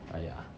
but ya